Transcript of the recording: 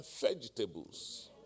vegetables